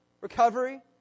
recovery